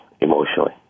emotionally